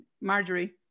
Marjorie